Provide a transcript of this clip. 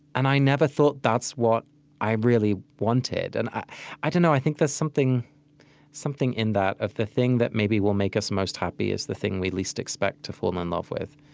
and i never thought that's what i really wanted. and i i don't know i think there's something something in that of the thing that maybe will make us most happy is the thing we least expect to fall in love with